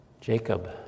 Jacob